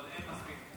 --- אבל אין מספיק.